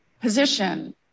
position